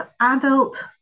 adult